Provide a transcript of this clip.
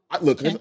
look